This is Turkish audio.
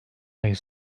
ayı